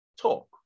talk